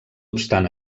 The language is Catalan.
obstant